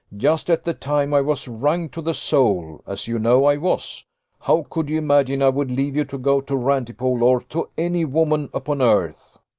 just at the time i was wrung to the soul, as you know i was how could you imagine i would leave you to go to rantipole, or to any woman upon earth?